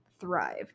thrive